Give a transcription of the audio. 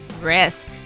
risk